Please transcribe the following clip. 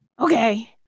okay